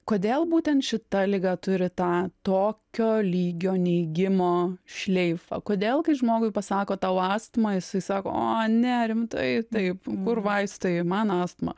kodėl būtent šita liga turi tą tokio lygio neigimo šleifą kodėl kai žmogui pasako tau astma jisai sako o ne rimtai taip kur vaistai man astma